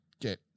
get